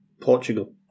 Portugal